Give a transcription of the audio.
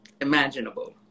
imaginable